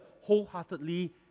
wholeheartedly